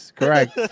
correct